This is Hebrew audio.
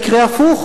יקרה הפוך,